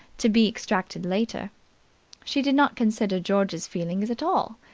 to be extracted later she did not consider george's feelings at all.